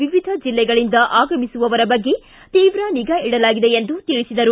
ವಿವಿಧ ಜಿಲ್ಲೆಗಳಿಂದ ಆಗಮಿಸುವವರ ಬಗ್ಗೆ ತೀವ್ರ ನಿಗಾ ಇಡಲಾಗಿದೆ ಎಂದು ತಿಳಿಸಿದರು